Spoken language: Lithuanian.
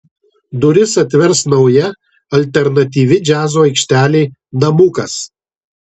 duris atvers nauja alternatyvi džiazo aikštelė namukas